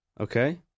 Okay